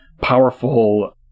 powerful